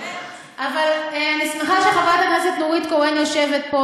אבל אני שמחה שחברת הכנסת נורית קורן יושבת פה,